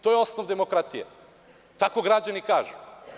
To je osnov demokratije, kako građani kažu.